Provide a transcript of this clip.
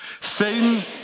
Satan